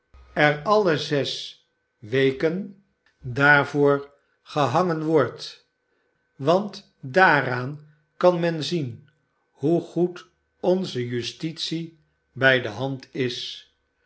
er alle zes weken daarvoor gehangen wordt want daaraan kan men zien hoe goed onze justitie bij de hand is